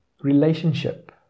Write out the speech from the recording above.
relationship